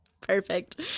Perfect